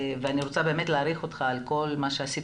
אני רוצה באמת להעריך אותך על כל מה שעשית